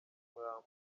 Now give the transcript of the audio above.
umurambo